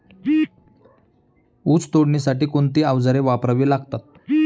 ऊस तोडणीसाठी कोणती अवजारे वापरावी लागतात?